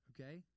Okay